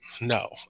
No